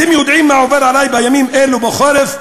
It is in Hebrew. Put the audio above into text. אתם יודעים מה עובר עלי בימים אלו בחורף?